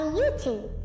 YouTube